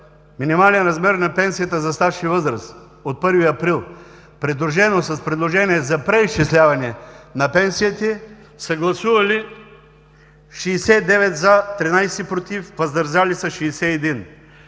минимален размер на пенсията за стаж и възраст от 1 април, придружено с предложение за преизчисляване на пенсиите, са гласували „за 69, против 13, въздържали се 61“.